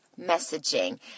messaging